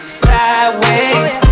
sideways